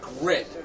grit